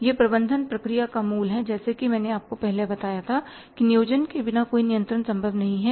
यह प्रबंधन प्रक्रिया का मूल है जैसा कि मैंने आपको पहले बताया था कि नियोजन के बिना कोई नियंत्रण संभव नहीं है